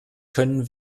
können